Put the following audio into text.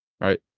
right